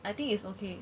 I think it's okay